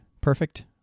perfect